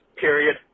period